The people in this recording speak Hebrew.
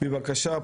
בבקשה.